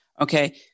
Okay